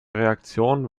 reaktion